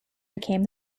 became